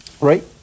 Right